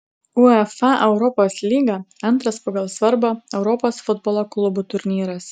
uefa europos lyga antras pagal svarbą europos futbolo klubų turnyras